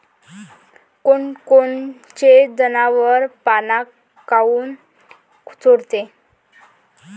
कोनकोनचे जनावरं पाना काऊन चोरते?